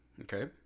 Okay